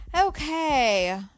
Okay